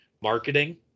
marketing